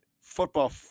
football